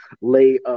Lay